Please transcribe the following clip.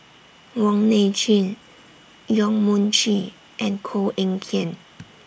Wong Nai Chin Yong Mun Chee and Koh Eng Kian